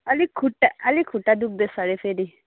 अलिक खुट्टा अलिक खुट्टा दुख्दैछ अरे फेरि